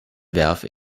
werfe